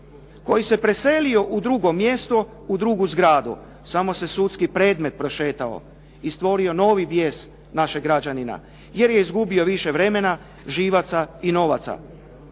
koji se preselio u drugo mjesto u drugu zgradu, samo se sudski predmet prošetao i stvorio novi bijes našeg građanina, jer je izgubio više vremena, živaca i novaca.